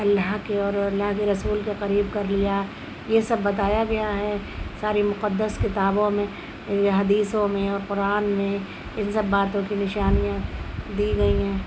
اللّہ کے اور اللّہ کے رسول کے قریب کر لیا یہ سب بتایا گیا ہے ساری مقدّس کتابوں میں یہ حدیثوں میں اور قرآن میں ان سب باتوں کی نشانیاں دی گئی ہیں